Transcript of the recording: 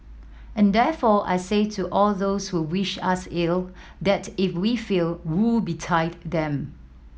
and therefore I say to all those who wish us ill that if we fail woe betide them